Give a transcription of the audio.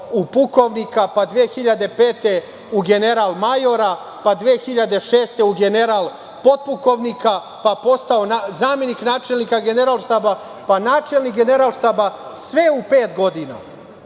u pukovnika, pa 2005. u general-majora, pa 2006. u general-potpukovnika, pa postao zamenik načelnika Generalštaba, pa načelnik Generalštaba, sve u pet godina,